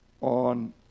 on